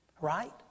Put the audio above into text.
Right